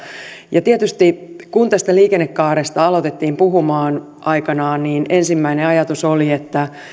ja tietysti kun tästä liikennekaaresta alettiin puhumaan aikanaan ensimmäinen ajatus oli että